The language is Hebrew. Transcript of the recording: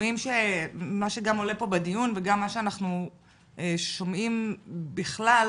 ממה שעולה פה בדיון וממה שאנחנו שומעים בכלל,